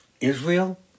Israel